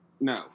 No